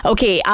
Okay